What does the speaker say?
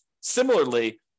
Similarly